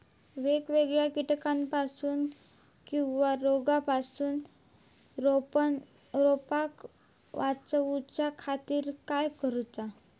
वेगवेगल्या किडीपासून किवा रोगापासून रोपाक वाचउच्या खातीर काय करूचा?